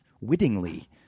wittingly